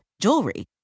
jewelry